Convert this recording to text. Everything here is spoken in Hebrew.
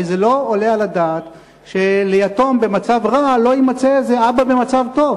הרי זה לא עולה על הדעת שליתום במצב רע לא יימצא איזה אבא במצב טוב.